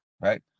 Right